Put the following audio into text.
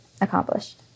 accomplished